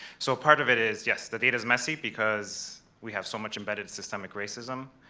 so part of it is, yes, the data's messy because we have so much embedded systemic racism.